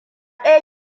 ɗaya